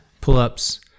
pull-ups